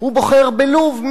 הוא בוחר בלוב,